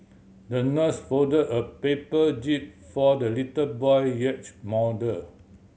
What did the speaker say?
the nurse folded a paper jib for the little boy yacht model